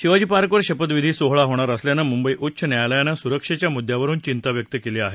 शिवाजी पार्कवर शपथविधी सोहळा होणार असल्यानं मुंबई उच्च न्यायालयानं सुरक्षेच्या मुद्यावरुन चिंता व्यक्त केली आहे